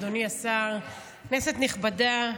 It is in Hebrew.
אדוני השר, כנסת נכבדה,